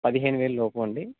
పదిహేను వేలు లోపువా అండి